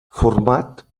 format